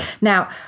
Now